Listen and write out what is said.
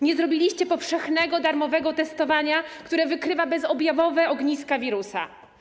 Nie zrobiliście powszechnego, darmowego testowania, które wykrywa bezobjawowe ogniska wirusa.